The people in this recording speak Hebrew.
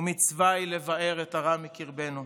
ומצווה היא לבער את הרע מקרבנו,